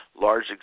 large